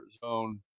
zone